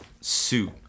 suit